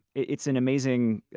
it's an amazing